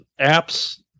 apps